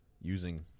Using